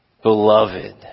Beloved